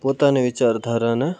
પોતાની વિચારધારાને